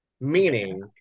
meaning